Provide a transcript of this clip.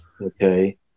okay